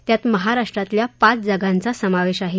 त्यात महाराष्ट्रातल्या पाच जागांचा समावेश आहे